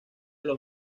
los